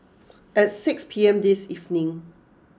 at six P M this evening